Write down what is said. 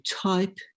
type